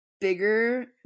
bigger